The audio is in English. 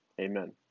Amen